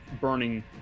burning